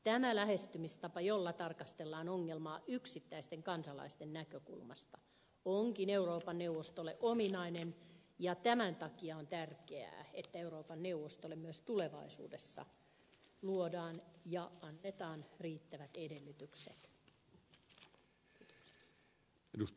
tämä lähestymistapa jolla tarkastellaan ongelmaa yksittäisten kansalaisten näkökulmasta onkin euroopan neuvostolle ominainen ja tämän takia on tärkeää että euroopan neuvostolle myös tulevaisuudessa luodaan ja annetaan riittävät edellytykset